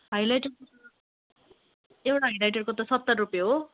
high लाइटरको त एउटा हाई लाइटरको त सत्तर रुपियाँ हो